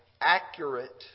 accurate